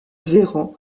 véran